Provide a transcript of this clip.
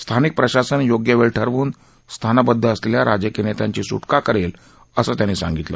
स्थानिक प्रशासन योग्य वेळ ठरवून स्थानबद्द असलेल्या राजकीय नेत्यांची स् का करेल असं त्यांनी सांगितलं